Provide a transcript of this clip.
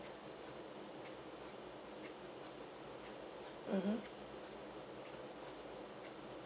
mmhmm